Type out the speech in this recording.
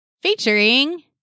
featuring